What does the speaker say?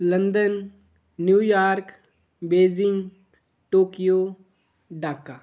London New York Beijing Tokyo Dhaka